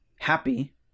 happy